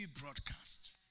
broadcast